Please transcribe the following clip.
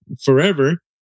forever